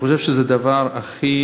אני חושב שזה הדבר הכי